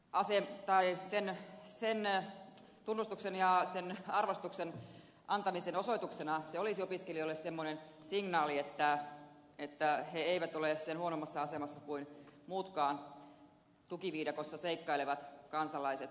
aseet tai sen seinän tunnustuksen antamisen osoituksena se olisi opiskelijoille semmoinen signaali että he eivät ole sen huonommassa asemassa kuin muutkaan tukiviidakossa seikkailevat kansalaiset